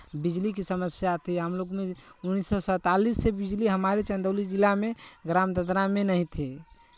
बिजली की समस्या थी हम लोग में उन्नीस सौ सैंतालीस से बिजली हमारे चंदौली जिला में ग्राम ददरा में नहीं थी